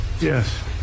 Yes